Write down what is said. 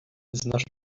znasz